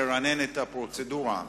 לרענן את הפרוצדורה,